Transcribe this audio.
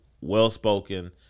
well-spoken